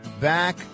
back